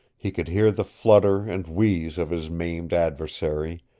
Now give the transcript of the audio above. he could hear the flutter and wheeze of his maimed adversary,